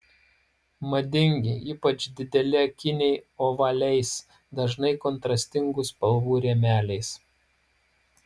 madingi ypač dideli akiniai ovaliais dažnai kontrastingų spalvų rėmeliais